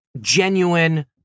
genuine